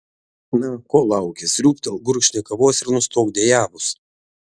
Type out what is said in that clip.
na ko lauki sriūbtelk gurkšnį kavos ir nustok dejavus